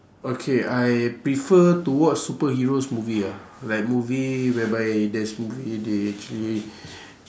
okay I prefer to watch superheroes movie ah like movie whereby there's movie they actually